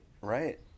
Right